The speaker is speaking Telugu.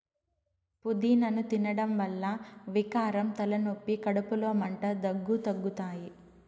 పూదినను తినడం వల్ల వికారం, తలనొప్పి, కడుపులో మంట, దగ్గు తగ్గుతాయి